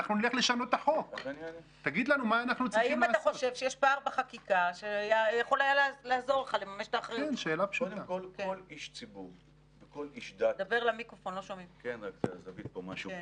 אבל אנחנו נמצאים פה בשביל לחשוב על רעיונות איך לתגבר לכם סמכויות,